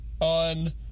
on